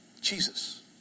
Jesus